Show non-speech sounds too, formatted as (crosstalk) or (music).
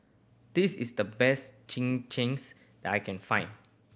this is the best (unintelligible) that I can find